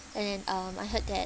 and then um I heard that